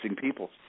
people